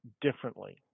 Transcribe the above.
differently